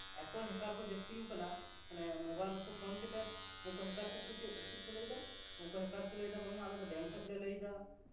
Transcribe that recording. ᱮᱛᱚ ᱦᱮᱠᱟᱨ ᱠᱚ ᱡᱟᱹᱥᱛᱤᱣ ᱠᱟᱱᱟ ᱢᱟᱱᱮ ᱢᱳᱵᱟᱭᱤᱞ ᱨᱮᱠᱚ ᱯᱷᱳᱱ ᱠᱟᱛᱮᱫ ᱩᱱᱠᱩ ᱦᱮᱠᱟᱨ ᱪᱮᱫ ᱠᱚ ᱞᱟᱹᱭᱫᱟ ᱩᱱᱠᱩ ᱦᱮᱠᱟᱨ ᱠᱚ ᱞᱟᱹᱭᱫᱟ ᱵᱟᱝᱢᱟ ᱟᱞᱮᱫᱚ ᱵᱮᱝᱠ ᱠᱷᱚᱱᱞᱮ ᱞᱟᱹᱭᱮᱫᱟ